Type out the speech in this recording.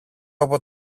από